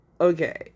okay